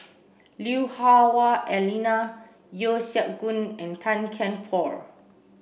Lui Hah Wah Elena Yeo Siak Goon and Tan Kian Por